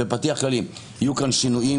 יהיו כאן אנשים,